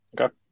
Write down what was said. Okay